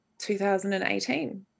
2018